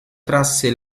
trasse